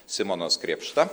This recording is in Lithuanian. simonas krėpšta